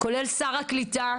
כולל שר הקליטה,